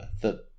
the-